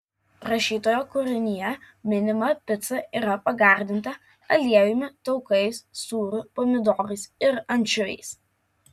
rašytojo kūrinyje minima pica yra pagardinta aliejumi taukais sūriu pomidorais ir ančiuviais